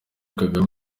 kagame